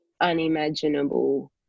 unimaginable